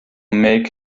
make